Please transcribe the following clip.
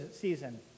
season